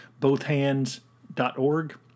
bothhands.org